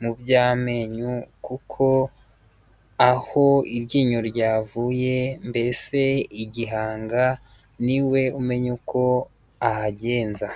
mu by'amenyo, kuko aho iryinyo ryavuye mbese igihanga, ni we umenya uko ahagenza.